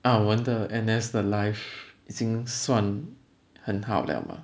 ah 我们的 N_S 的 life 已经算很好了吗